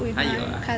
!huh! 有啊